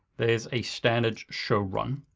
there's a standard show run,